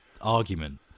argument